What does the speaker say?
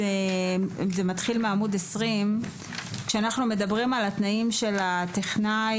זה מתחיל מעמוד 20. כשאנחנו מדברים על התנאים של הטכנאי,